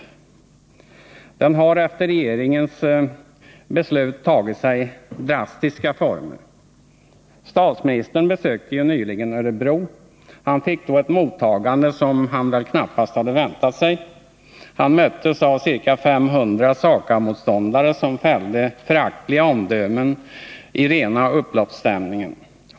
Den opinionen har efter regeringens beslut tagit sig drastiska former. Statsministern besökte nyligen Örebro, och han fick då ett mottagande som han väl knappast hade väntat sig. Han möttes av ca 500 SAKAB-motståndare, som fällde föraktfulla cmdömen i rena upploppsstämningen.